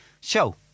show